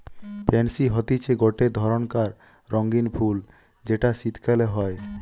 pansy হতিছে গটে ধরণকার রঙ্গীন ফুল যেটা শীতকালে হই